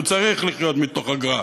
הוא צריך לחיות מתוך אגרה.